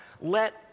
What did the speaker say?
let